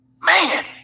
Man